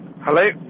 Hello